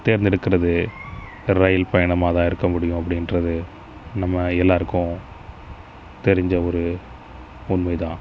தேர்ந்தெடுக்கிறது ரயில் பயணமாகதான் இருக்க முடியும் அப்படின்றது நம்ம எல்லாருக்கும் தெரிஞ்ச ஒரு உண்மை தான்